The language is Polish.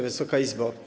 Wysoka Izbo!